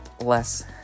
less